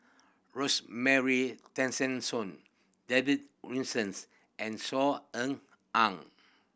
Rosemary Tessensohn David Wilsons and Saw Ean Ang